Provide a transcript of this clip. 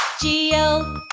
g o